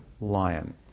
lion